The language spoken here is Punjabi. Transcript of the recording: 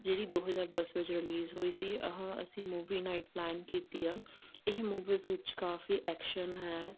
ਜਿਹੜੀ ਦੋ ਹਜ਼ਾਰ ਦਸ ਵਿੱਚ ਰਿਲੀਜ਼ ਹੋਈ ਸੀ ਆਹ ਅਸੀਂ ਮੂਵੀ ਨਾਈਟ ਪਲੈਨ ਕੀਤੀ ਆ ਇਹ ਮੂਵੀ ਵਿੱਚ ਕਾਫੀ ਐਕਸ਼ਨ ਹੈ